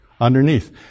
underneath